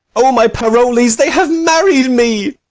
o my parolles, they have married me!